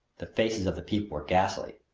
the faces of the people were ghastly.